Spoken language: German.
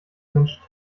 mensch